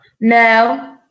No